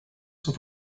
zur